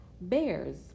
bears